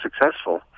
successful